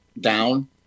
down